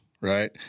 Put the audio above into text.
right